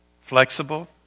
flexible